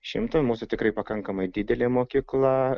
šimto mūsų tikrai pakankamai didelė mokykla